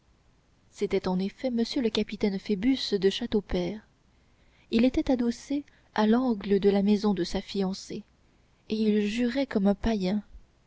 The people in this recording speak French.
c'était en effet monsieur le capitaine phoebus de châteaupers il était adossé à l'angle de la maison de sa fiancée et il jurait comme un païen